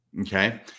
Okay